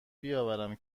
بیاورم